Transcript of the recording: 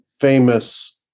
famous